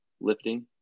lifting